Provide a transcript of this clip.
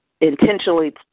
intentionally